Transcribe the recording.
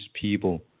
people